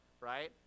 right